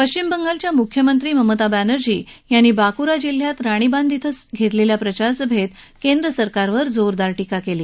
पश्चिम बंगालच्या मुख्यमंत्री ममता बॅनर्जी यांनी बांकुरा जिल्ह्यातील राणीबंध श्वे घेतलेल्या प्रचारसभेत केंद्रसरकारवर जोरदार टीका केली